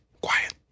quiet